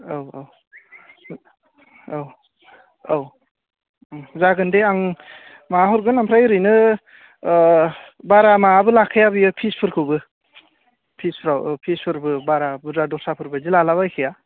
औ औ औ औ ओम जागोन दे आं माबाहरगोन ओमफ्राय ओरैनो ओ बारा माबाबो लाखाया बियो फिसफोरखौबो फिसखौ फिसफोरबो बारा बुरजा दर्साफोरबायदि लालाबायखाया